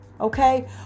okay